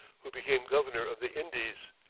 who became governor of the indies,